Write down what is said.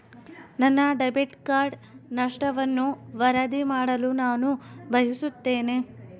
ನನ್ನ debit card ನಷ್ಟವನ್ನು ವರದಿ ಮಾಡಲು ನಾನು ಬಯಸುತ್ತೇನೆ